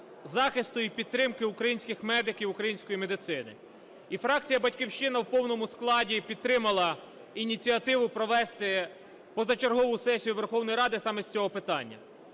захисту і підтримки українських медиків, української медицини. І фракція "Батьківщина" в повному складі підтримала ініціативу провести позачергову сесію Верховної Ради саме з цього питання.